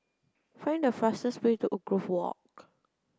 find the fastest way to Woodgrove Walk